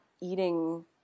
eating